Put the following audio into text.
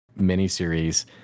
miniseries